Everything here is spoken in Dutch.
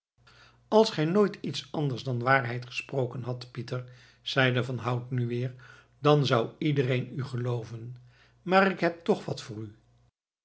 als gij nooit iets anders dan waarheid gesproken hadt pieter zeide van hout nu weer dan zou iedereen u gelooven maar ik heb toch wat voor u